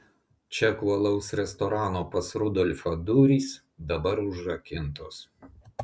čekų alaus restorano pas rudolfą durys dabar užrakintos